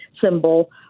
symbol